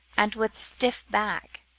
and with stiff back,